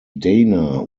dana